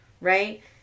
right